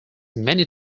many